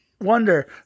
wonder